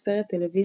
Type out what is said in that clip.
סרט טלוויזיה,